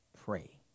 pray